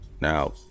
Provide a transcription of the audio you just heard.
now